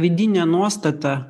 vidinę nuostatą